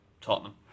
Tottenham